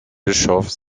bischof